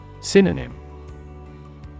Synonym